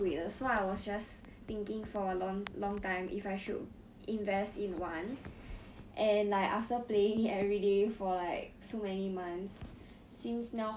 I think like four months or more eh like on the phone lah 因为那个 Nintendo switch 蛮贵的 so I was just thinking for a long long time if I should invest in one